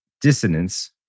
dissonance